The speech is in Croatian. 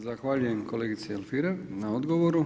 Zahvaljujem kolegici Alfirev na odgovoru.